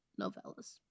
novellas